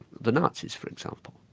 the nazis, for example.